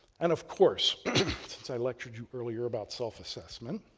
and of course since i lectured you earlier about self-assessment,